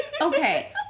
Okay